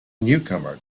newcomer